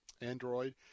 Android